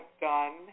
done